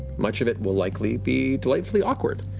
much of it will likely be delightfully awkward.